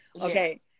okay